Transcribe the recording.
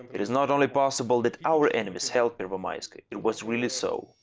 it is not only possible that our enemies held pervomaiskoe. it was really so.